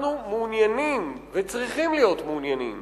אנחנו מעוניינים וצריכים להיות מעוניינים